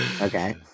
Okay